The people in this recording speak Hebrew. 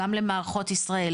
גם למערכות ישראל,